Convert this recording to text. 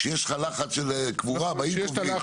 כשיש את הלחץ של הקבורה באים קוברים,